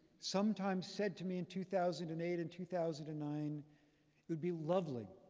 sometimes said to me in two thousand and eight and two thousand and nine, it would be lovely